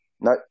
No